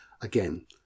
again